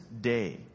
day